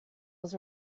was